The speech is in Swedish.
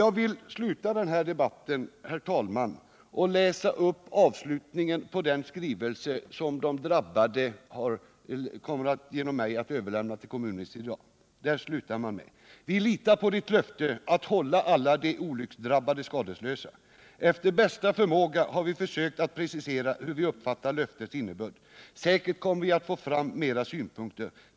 Jag vill sluta denna debatt med att läsa upp avslutningen på en skrivelse som de drabbade genom mig kommer att överlämna till kommunministern i dag: ”Vi litar på Ditt löfte att hålla alla de olycksdrabbade skadeslösa. Efter bästa förmåga har vi försökt att precisera hur vi uppfattar löftets innebörd. Säkert kommer vi att få fram mera synpunkter.